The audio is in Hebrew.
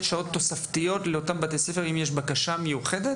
שעות נוספות לאותם בתי ספר אם יש בקשה מיוחדת?